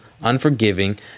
unforgiving